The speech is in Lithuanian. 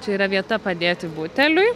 čia yra vieta padėti buteliui